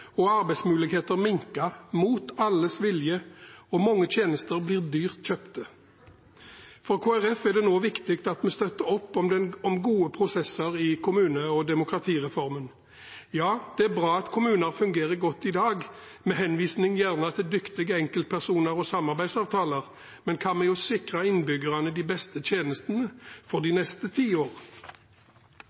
og arbeidsmulighetene minket mot alles vilje, og mange tjenester blir dyrt kjøpte. For Kristelig Folkeparti er det nå viktig at vi støtter opp om gode prosesser i kommune- og demokratireformen. Ja, det er bra at kommuner fungerer godt i dag – med henvisning til dyktige enkeltpersoner og samarbeidsavtaler – men hva med å sikre innbyggerne de beste tjenestene for de neste